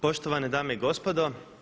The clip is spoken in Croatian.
Poštovane dame i gospodo.